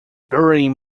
burying